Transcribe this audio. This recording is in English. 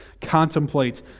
contemplate